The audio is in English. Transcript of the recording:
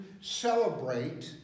celebrate